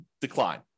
decline